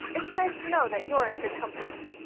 it's nice to know that you're in good company.